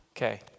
Okay